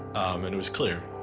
and it was clear,